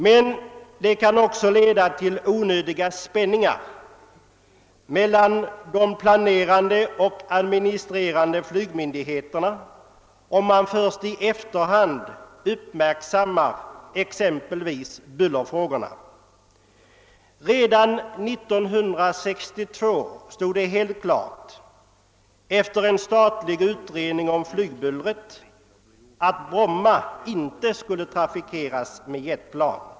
Men det kan också leda till onödiga spänningar mellan de planerande och administrerande flygmyndigheterna, om man först i efterhand uppmärksammar exempelvis bullerfrågorna. Redan 1962 stod det helt klart efter en statlig utredning om flygbullret, att Bromma inte skulle trafikeras med jetplan.